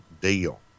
deal